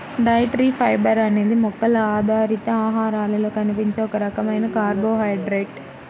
dietary fibre అనేది మొక్కల ఆధారిత ఆహారాలలో కనిపించే ఒక రకమైన కార్బోహైడ్రేట్